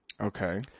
Okay